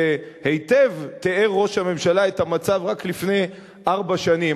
והיטב תיאר ראש הממשלה את המצב רק לפני ארבע שנים.